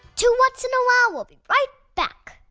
two whats? and a wow! will be right back.